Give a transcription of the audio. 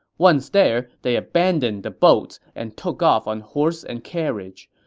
once there, they abandoned the boats and took off on horse and carriage.